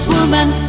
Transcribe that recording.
Woman